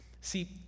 See